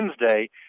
Wednesday